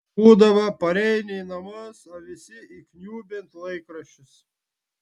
būdavo pareini į namus o visi įkniubę į laikraščius